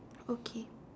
okay